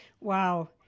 Wow